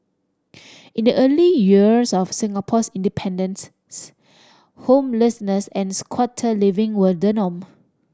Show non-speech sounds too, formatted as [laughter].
[noise] in the early years of Singapore's independence's homelessness and squatter living were the norm